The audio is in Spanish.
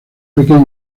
pequeño